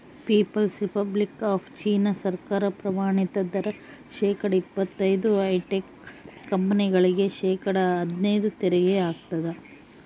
people's republic of China ಸರ್ಕಾರ ಪ್ರಮಾಣಿತ ದರ ಶೇಕಡಾ ಇಪ್ಪತೈದು ಹೈಟೆಕ್ ಕಂಪನಿಗಳಿಗೆ ಶೇಕಡಾ ಹದ್ನೈದು ತೆರಿಗೆ ಹಾಕ್ತದ